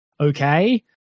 okay